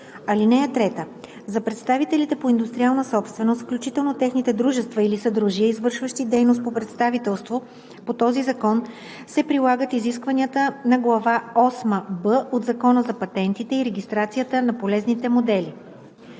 (3) За представителите по индустриална собственост, включително техните дружества или съдружия, извършващи дейност по представителство по този закон, се прилагат изискванията на глава осма „б“ от Закона за патентите и регистрацията на полезните модели.“